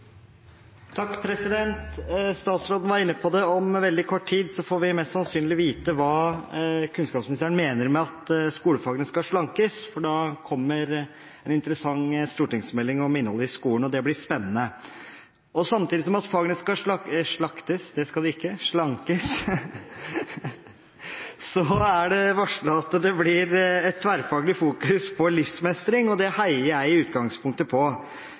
Om veldig kort tid får vi mest sannsynlig vite hva kunnskapsministeren mener med at skolefagene skal slankes, for da kommer en interessant stortingsmelding om innholdet i skolen. Det blir spennende. Samtidig som fagene skal – slaktes skal de ikke – slankes, er det varslet at det blir et tverrfaglig fokus på livsmestring. Det heier jeg i utgangspunktet på.